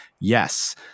Yes